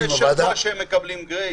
הוועדה --- יש שבוע שהם מקבלים גרייס.